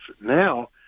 now